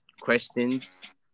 questions